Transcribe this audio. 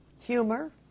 Humor